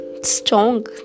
strong